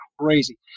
crazy